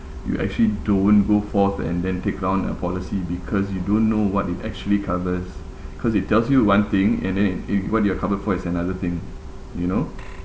you actually don't go forth and then take on a policy because you don't know what it actually covers cause it tells you one thing and then it what you're covered for is another thing you know